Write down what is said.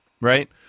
right